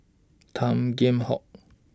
Tan Kheam Hock